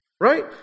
Right